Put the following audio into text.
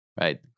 right